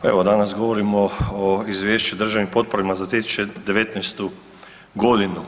Evo danas govorimo o Izvješću o državnim potporama za 2019. godinu.